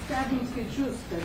stebimus skaičius kad